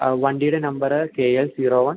ആ വണ്ടിയുടെ നമ്പറ് കെ എൽ സീറോ വൺ